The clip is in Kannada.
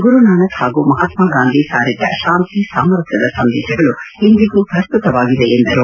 ಗುರು ನಾನಕ್ ಹಾಗೂ ಮಹಾತ್ನ ಗಾಂಧಿ ಸಾರಿದ್ದ ಶಾಂತಿ ಸಾಮರಸ್ಥದ ಸಂದೇಶಗಳು ಇಂದಿಗೂ ಪ್ರಸ್ನುತವಾಗಿವೆ ಎಂದರು